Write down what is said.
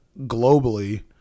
globally